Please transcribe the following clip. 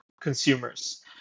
consumers